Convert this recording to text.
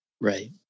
right